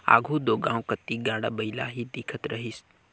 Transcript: आघु दो गाँव कती गाड़ा बइला ही दिखत रहिस